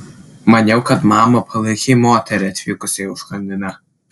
maniau kad mama palaikei moterį atvykusią į užkandinę